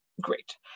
Great